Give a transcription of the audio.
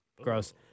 Gross